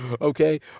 okay